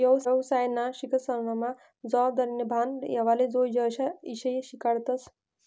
येवसायना शिक्सनमा जबाबदारीनं भान येवाले जोयजे अशा ईषय शिकाडतस